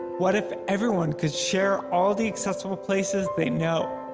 what if everyone could share all the accessible places they know?